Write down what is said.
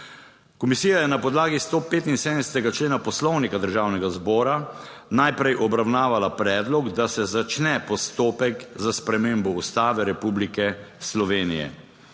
Komisija je na podlagi 175. člena Poslovnika Državnega zbora najprej obravnavala predlog, da se začne postopek za spremembo Ustave Republike Slovenije.